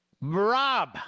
Rob